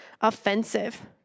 offensive